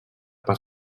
per